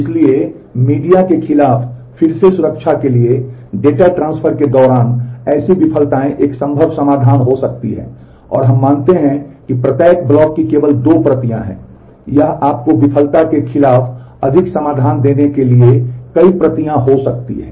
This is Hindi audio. इसलिए मीडिया के खिलाफ फिर से सुरक्षा के लिए डेटा ट्रांसफर के दौरान ऐसी विफलताएं एक संभव समाधान हो सकती हैं और हम मानते हैं कि प्रत्येक ब्लॉक की केवल दो प्रतियां हैं यह आपको विफलता के खिलाफ अधिक समाधान देने के लिए कई प्रतियां हो सकती हैं